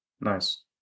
Nice